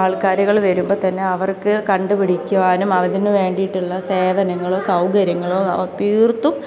ആൾക്കാരുകൾ വരുമ്പോൾ തന്നെ അവർക്ക് കണ്ടുപിടിക്കുവാനും അതിന് വേണ്ടിയിട്ടുള്ള സേവനങ്ങളോ സൗകര്യങ്ങളോ തീർത്തും